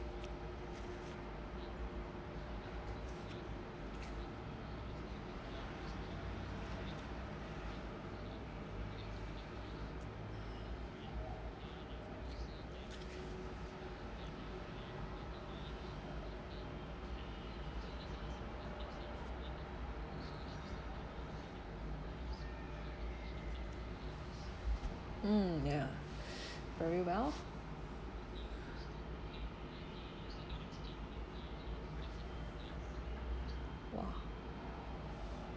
mm yeah very well !wah!